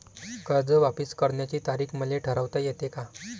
कर्ज वापिस करण्याची तारीख मले ठरवता येते का?